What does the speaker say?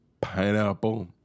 pineapple